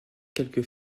quelques